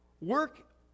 Work